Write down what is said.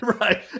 Right